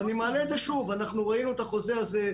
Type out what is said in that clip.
ואני מעלה את זה שוב, אנחנו ראינו את החוזה הזה,